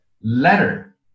letter